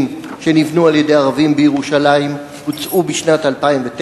שנבנו על-ידי ערבים בירושלים הוצאו בשנת 2009?